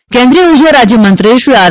સિંહ કેન્દ્રીય ઉર્જા રાજયમંત્રી શ્રી આર